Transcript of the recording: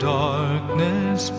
darkness